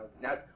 Now